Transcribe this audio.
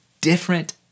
different